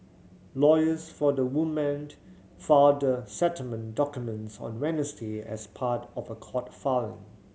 lawyers for the woman filed the settlement documents on Wednesday as part of a court filing